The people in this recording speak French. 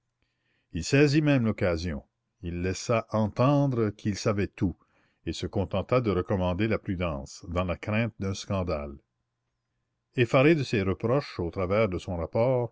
il saisit même l'occasion il laissa entendre qu'il savait tout et se contenta de recommander la prudence dans la crainte d'un scandale effaré de ces reproches au travers de son rapport